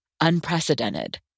unprecedented